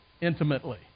intimately